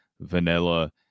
vanilla